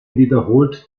wiederholt